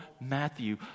Matthew